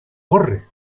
corre